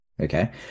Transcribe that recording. okay